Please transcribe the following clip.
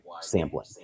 sampling